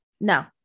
no